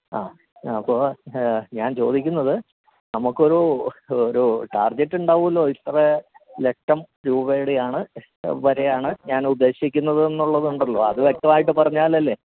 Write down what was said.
ആ ആ അപ്പോൾ ഞാൻ ചോദിക്കുന്നത് നമുക്ക് ഒരു ഒരു ടാർജെറ്റുണ്ടാവൂലോ ഇത്ര ലക്ഷം രൂപയുടെ ആണ് വരെ ആണ് ഉദ്ദേശിക്കുന്നത് എന്നുള്ളതുണ്ടല്ലോ അത് വ്യക്തമായിട്ട് പറഞ്ഞാലല്ലേ